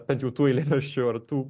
bent jau tų eilėraščių ar tų